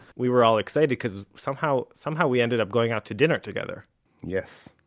we were all excited because somehow, somehow we ended up going out to dinner together yes.